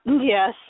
Yes